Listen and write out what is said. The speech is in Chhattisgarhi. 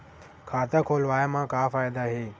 खाता खोलवाए मा का फायदा हे